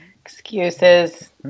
Excuses